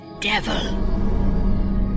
devil